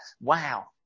Wow